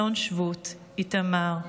אלון שבות, איתמר,